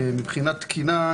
מבחינת תקינה,